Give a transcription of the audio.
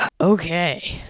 Okay